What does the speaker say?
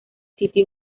sitio